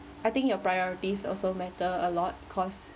I think your priorities also matter a lot cause